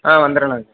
ஆ வந்துடுறேங்க